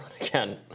again